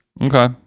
Okay